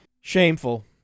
Shameful